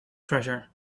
treasure